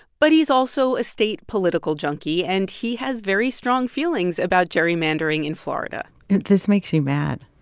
but he's also a state political junkie, and he has very strong feelings about gerrymandering in florida this makes you mad